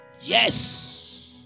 yes